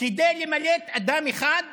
כדי למלט אדם אחד מהדין,